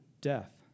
Death